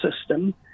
system